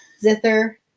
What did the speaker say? zither